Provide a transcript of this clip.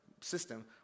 system